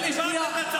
אבל רון, תן לי שנייה.